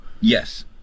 Yes